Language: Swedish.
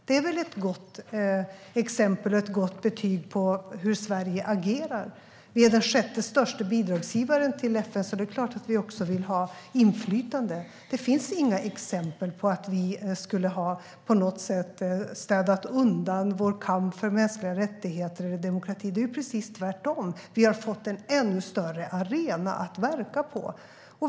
Det är väl ett gott exempel och ett gott betyg på hur Sverige agerar? Vi är den sjätte största bidragsgivaren till FN. Då är det klart att vi också vill ha inflytande. Det finns inga exempel på att vi på något sätt skulle ha städat undan vår kamp för mänskliga rättigheter och demokrati. Det är precis tvärtom. Vi har fått en ännu större arena att verka på.